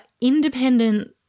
independent